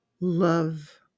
Love